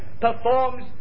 performs